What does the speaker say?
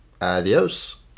adios